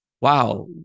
wow